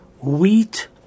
wheat